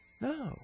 No